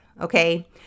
Okay